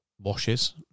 washes